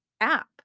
app